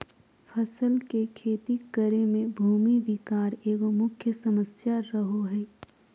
फसल के खेती करे में भूमि विकार एगो मुख्य समस्या रहो हइ